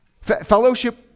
Fellowship